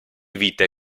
vite